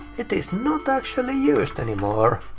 it is not actually used anymore.